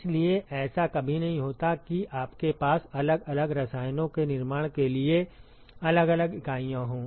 इसलिए ऐसा कभी नहीं होता है कि आपके पास अलग अलग रसायनों के निर्माण के लिए अलग अलग इकाइयाँ हों